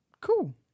Cool